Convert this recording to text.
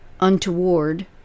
untoward